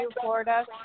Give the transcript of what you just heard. Florida